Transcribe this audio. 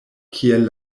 kiel